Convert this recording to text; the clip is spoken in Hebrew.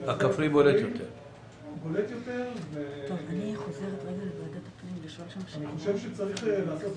הכפרי בולט יותר ואני חושב שצריך לעשות